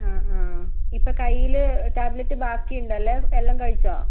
ആ ആ ഇപ്പം കയ്യിൽ ടാബ്ലറ്റ് ബാക്കിയുണ്ടോ അതോ എല്ലാം കഴിച്ചോ